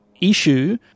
issue